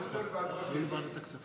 להעביר את הנושא לוועדת הכספים.